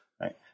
right